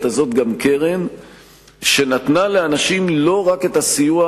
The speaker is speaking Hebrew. הזאת גם קרן שנתנה לאנשים לא רק את הסיוע,